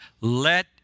let